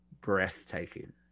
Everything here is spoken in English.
Breathtaking